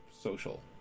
social